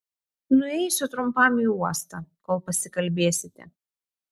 nueisiu trumpam į uostą kol pasikalbėsite